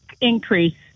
increase